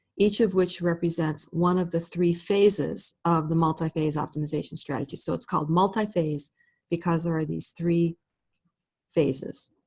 each of which represents one of the three phases of the multi-phase optimization strategy. so it's called multi-phase because there are these three phases.